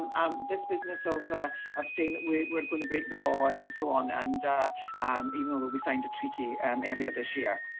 um this business of of saying that we're we're going to break the law and so on, and um even though we signed a treaty and earlier this year,